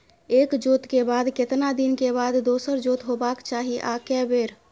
एक जोत के बाद केतना दिन के बाद दोसर जोत होबाक चाही आ के बेर?